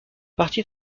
parti